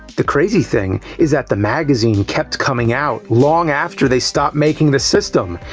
the crazy thing, is that the magazine kept coming out, long after they stopped making the system.